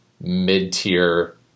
mid-tier